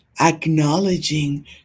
acknowledging